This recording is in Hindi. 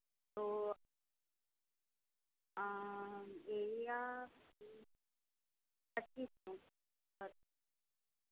ओ हाँ एरिया छत्तीस है हाँ